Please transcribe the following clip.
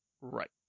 Right